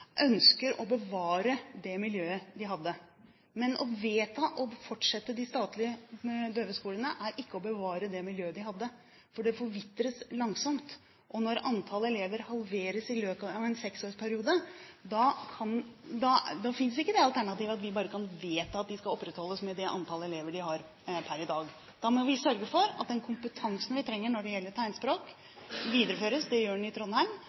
ønsker å bevare det miljøet de hadde. Men å vedta å fortsette de statlige døveskolene er ikke å bevare det miljøet de hadde, for det forvitres langsomt, og når antallet elever halveres i løpet av en seksårsperiode, finnes ikke det alternativet at vi bare kan vedta at de skal opprettholdes med det antallet elever de har per i dag. Da må vi sørge for at den kompetansen vi trenger når det gjelder tegnspråk, videreføres. Det gjør den i Trondheim.